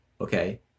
okay